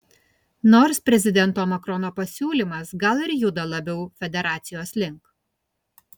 nors prezidento macrono pasiūlymas gal ir juda labiau federacijos link